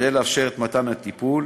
כדי לאפשר את מתן הטיפול,